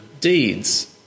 deeds